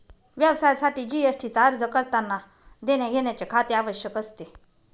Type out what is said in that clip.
व्यवसायासाठी जी.एस.टी चा अर्ज करतांना देण्याघेण्याचे खाते आवश्यक असते